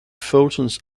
photons